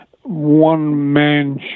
one-man